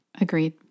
Agreed